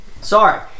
Sorry